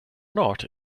not